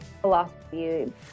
philosophy